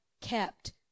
kept